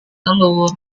telur